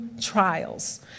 trials